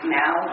now